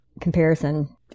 comparison